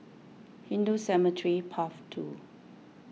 Hindu Cemetery Path two